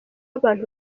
abantu